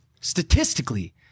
statistically